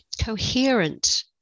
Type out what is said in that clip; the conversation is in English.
coherent